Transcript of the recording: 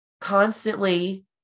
constantly